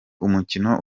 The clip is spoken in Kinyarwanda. umukino